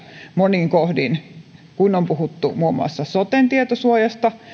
monin kohdin ja on puhuttu muun muassa soten tietosuojasta